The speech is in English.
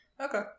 Okay